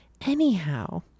Anyhow